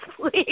please